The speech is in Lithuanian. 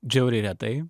žiauriai retai